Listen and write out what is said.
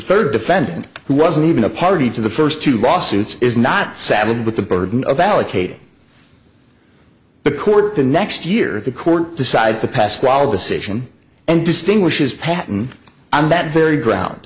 third defendant who wasn't even a party to the first two lawsuits is not saddled with the burden of allocating the court the next year the court decides the pascal decision and distinguishes patton on that very ground